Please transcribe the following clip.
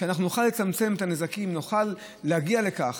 שנוכל לצמצם את הנזקים ונוכל להגיע לכך